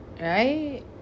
right